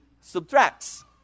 subtracts